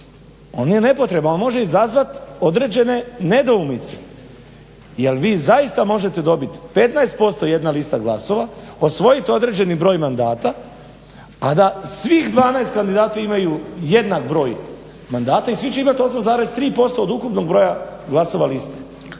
On je nepotreban, on može izazvat određene nedoumice jer vi zaista možete dobit 15% jedna lista glasova, osvojit određeni broj mandata, a da svih 12 kandidata imaju jednak broj mandata i svi će imat 8,3% od ukupnog broja glasova liste.